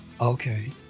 Okay